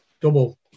double